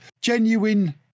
genuine